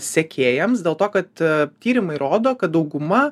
sekėjams dėl to kad tyrimai rodo kad dauguma